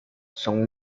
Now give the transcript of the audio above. son